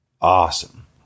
Awesome